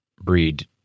breed